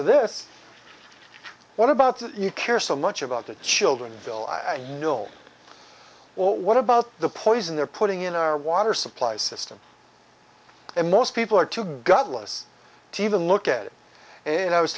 to this what about you care so much about the children until i will what about the poison they're putting in our water supply system and most people are too godless to even look at it and i was